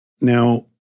Now